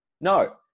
No